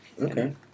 Okay